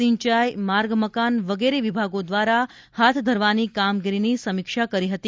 સિંચાઇ માર્ગ મકાન વગેરે વિભાગો દ્વારા હાથ ધરવાની કામગીરીની સમીક્ષા કરી હતી